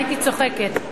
הייתי צוחקת.